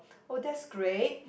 oh that's great